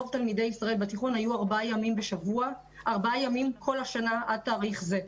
רוב תלמידי התיכון היו ארבעה ימים בבית הספר עד תאריך זה.